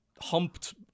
humped